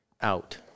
out